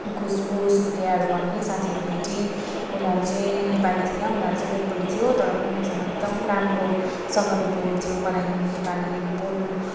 खुसबु सुप्रियाहरू भन्ने साथीहरू भेटेँ उनीहरू चाहिँ नेपाली थिएन उनीहरू चाहिँ बेङ्गली थियो तर पनि मसँग एकदम राम्रोसँगले बोल्थ्यो मलाई नेपाली बोल्नु